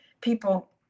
people